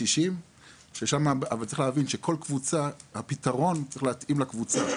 וצריך להבין שלכל קבוצה צריך להתאים פתרון שונה,